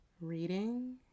reading